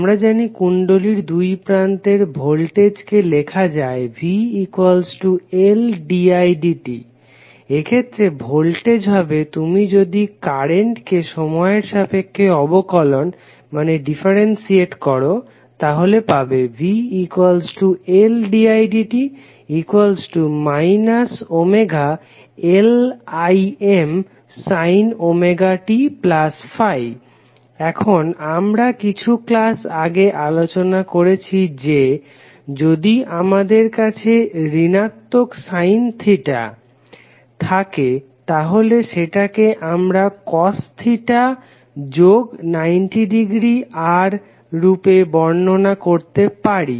আমরা জানি কুণ্ডলীর দুই প্রান্তের ভোল্টেজ কে লেখা যায় vLdidt এক্ষেত্রে ভোল্টেজ হবে যদি তুমি কারেন্টকে সময়ের সাপেক্ষে অবকলন করো তাহলে পাবে vLdidt ωLImsin ωt∅ এখন আমরা কিছু ক্লাস আগে আলোচনা করেছি যে যদি আমাদের কাছে ঋণাত্মক সাইন থিটা থাকে তাহলে সেটাকে আমরা কস থিটা যোগ 90 ডিগ্রী আর রূপে বর্ণনা করতে পারি